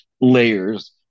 layers